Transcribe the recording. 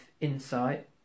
insight